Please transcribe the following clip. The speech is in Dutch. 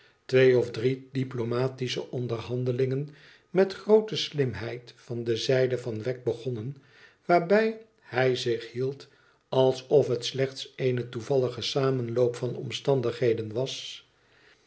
twee of drie diplomatische onderhandelingen met groote slimheid van de zijde van wegg begonnen waarbij hij zich hield alsof het slechts een toevallige samenloop van omstandigheden was